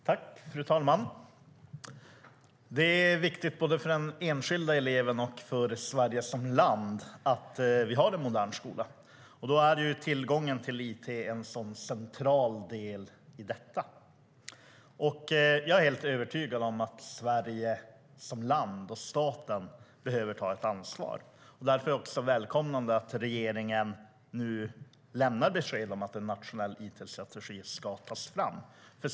Fru talman! Det är viktigt både för den enskilde eleven och för Sverige som land att vi har en modern skola. Tillgången till it är en central del i det. Jag är helt övertygad om att Sverige som land och staten behöver ta ett ansvar, och därför är det välkomnat att regeringen nu lämnar besked om att en nationell it-strategi ska tas fram.